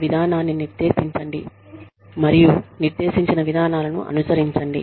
ఒక విధానాన్ని నిర్దేశించండి మరియు నిర్దేశించిన విధానాలను అనుసరించండి